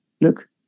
Look